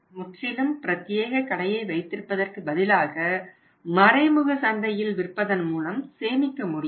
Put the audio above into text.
முற்றிலும் பிரத்தியேக கடையை வைத்திருப்பதற்கு பதிலாக மறைமுகமாக சந்தையில் விற்பதன் மூலம் சேமிக்க முடியும்